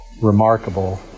remarkable